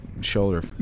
shoulder